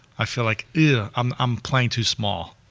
i feel like yeah um i'm playing too small.